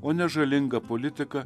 o ne žalinga politika